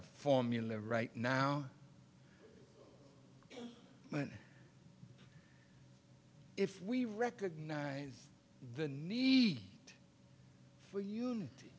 a formula right now but if we recognize the need for unit